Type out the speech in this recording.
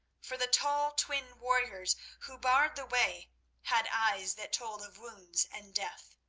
for the tall twin warriors who barred the way had eyes that told of wounds and death.